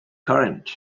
current